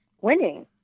winning